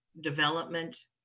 development